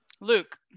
Luke